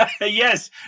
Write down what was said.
Yes